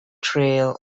trail